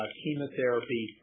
chemotherapy